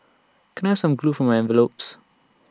can I some glue for my envelopes